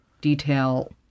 detail